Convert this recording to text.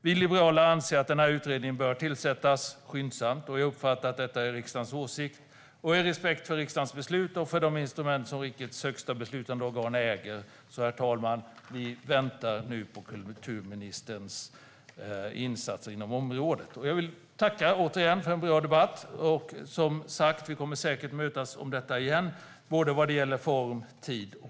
Vi liberaler anser att den här utredningen bör tillsättas skyndsamt - jag uppfattar att detta är riksdagens åsikt - av respekt för riksdagens beslut och för de instrument som rikets högsta beslutande organ äger. Så, herr talman, vi väntar nu på kulturministerns insatser inom området. Jag vill tacka för en bra debatt. Vi kommer säkert att mötas om detta igen när det gäller såväl form och tid som sak.